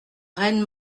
reine